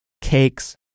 cakes